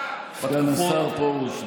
סגן השר פרוש,